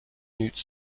newts